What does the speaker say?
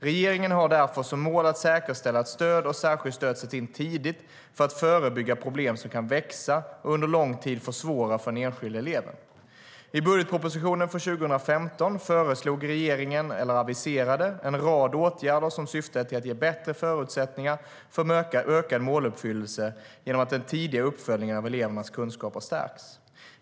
Regeringen har därför som mål att säkerställa att stöd och särskilt stöd sätts in tidigt för att förebygga problem som kan växa och under lång tid försvåra för den enskilde eleven. I budgetpropositionen för 2015 har regeringen föreslagit eller aviserat en rad åtgärder som syftar till att ge bättre förutsättningar för ökad måluppfyllelse genom att den tidiga uppföljningen av elevernas kunskaper stärks.